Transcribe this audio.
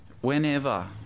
Whenever